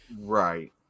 Right